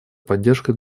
поддержка